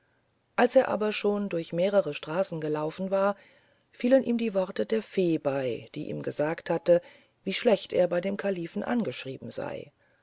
als er schon durch mehrere straßen gelaufen war fielen ihm die worte der fee bei die ihm gesagt hatte wie schlecht er bei dem kalifen angeschrieben sei